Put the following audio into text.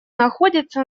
находится